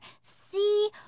see